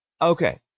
Okay